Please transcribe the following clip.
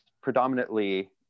predominantly